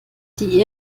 die